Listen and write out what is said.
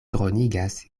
dronigas